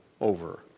over